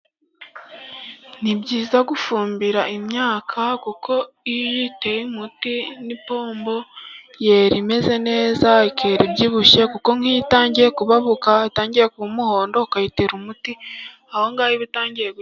Ni byiza gufumbira imyaka, kuko iyo uyiteye umuti n'ipombo, yera imeze neza, ikera ibyibushye kuko nk'iyo itangiye kubabuka, itangiye kuba umuhondo ukayitera umuti, aho ngaho iba itangiye kwera.